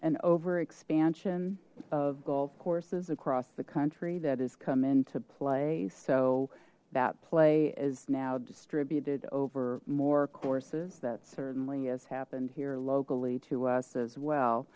an over expansion of golf courses across the country that has come into play so that play is now distributed over more courses that certainly has happened here locally to us as well